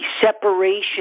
separation